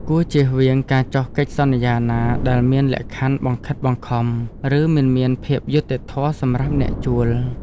គួរជៀសវាងការចុះកិច្ចសន្យាណាដែលមានលក្ខខណ្ឌបង្ខិតបង្ខំ ឬមិនមានភាពយុត្តិធម៌សម្រាប់អ្នកជួល។